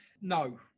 no